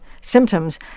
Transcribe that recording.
symptoms